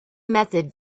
method